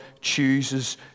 chooses